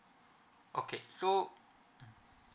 okay so